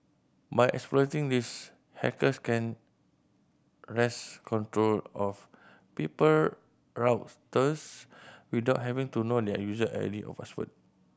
by exploiting this hackers can wrest control of people without having to know their user I D or password